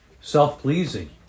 self-pleasing